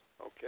Okay